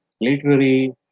literary